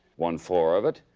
one floor of it,